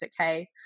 okay